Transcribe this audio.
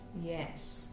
Yes